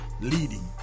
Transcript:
leading